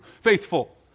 faithful